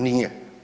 Nije.